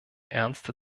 ernste